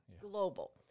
Global